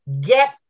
get